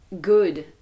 good